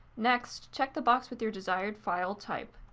next, check the box with your desired file type.